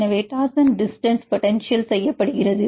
எனவே torsion distance potential செய்யப்படுகிறது